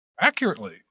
accurately